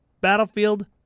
battlefield